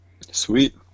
Sweet